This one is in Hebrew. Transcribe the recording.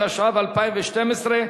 התשע"ב 2012,